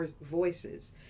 voices